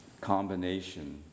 combination